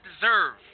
deserve